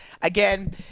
Again